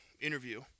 interview